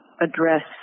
address